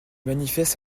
manifeste